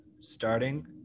Starting